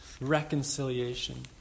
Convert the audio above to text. reconciliation